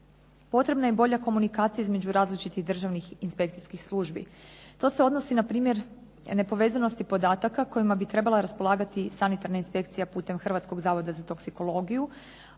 Potrebna je bolja komunikacija između različitih državnih inspekcijskih službi. To se odnosi na primjer nepovezanosti podataka kojima bi trebala raspolagati Sanitarna inspekcija putem Hrvatskog zavoda za toksikologiju,